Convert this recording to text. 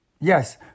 yes